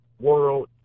world